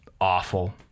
awful